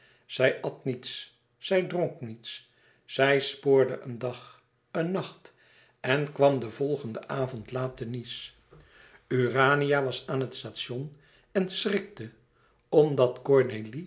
zij at niets zij dronk niets zij spoorde een dag een nacht en kwam den volgenden avond laat te nice urania was aan het station en schrikte omdat